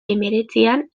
hemeretzian